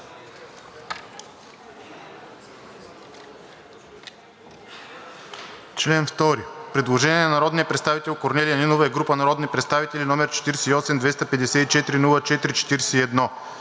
Член 2. Предложение на народния представител Корнелия Нинова и група народни представители, № 48-254-04-41.